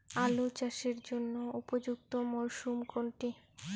আলু চাষের জন্য উপযুক্ত মরশুম কোনটি?